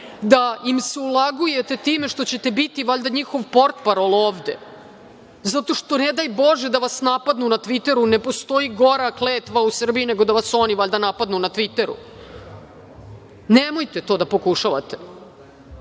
da im se ulagujete time što ćete biti valjda njihov portparol ovde zato što ne daj Bože da vas napadnu na Tviteru, ne postoji gora kletva u Srbiji nego da vas oni valjda napadnu na Tviteru, nemojte to da pokušavate.